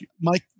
mike